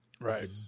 Right